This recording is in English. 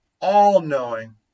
all-knowing